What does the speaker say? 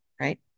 right